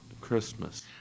Christmas